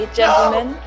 gentlemen